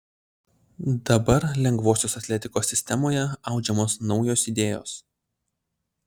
dabar lengvosios atletikos sistemoje audžiamos naujos idėjos